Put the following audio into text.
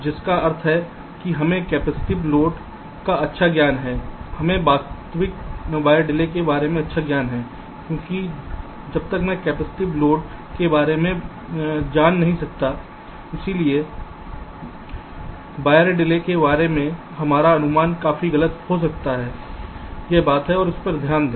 जिसका अर्थ है कि हमें कैपेसिटिव लोड का अच्छा ज्ञान है हमें वास्तविक वायर डिले के बारे में अच्छा ज्ञान है क्योंकि जब तक हमें कैपेसिटिव लोड के बारे में ज्ञान नहीं होता है इसलिए वायर डिले के बारे में हमारा अनुमान काफी गलत हो सकता है यह बात है ध्यान दें